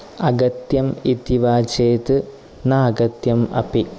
अगत्यमिति वा चेत् न अगत्यम् अपि